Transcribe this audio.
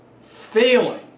failing